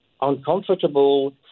uncomfortable